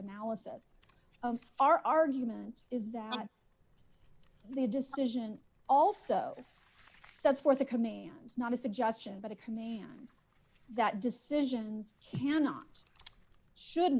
analysis of our argument is that the decision also says for the commands not a suggestion but a command that decisions cannot should